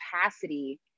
capacity